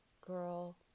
girl